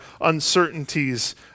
uncertainties